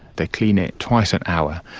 they clean it twice an hour,